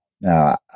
Now